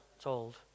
told